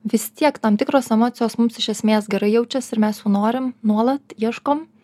vis tiek tam tikros emocijos mums iš esmės gerai jaučiasi ir mes jų norim nuolat ieškom